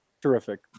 Terrific